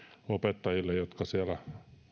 opettajille jotka siellä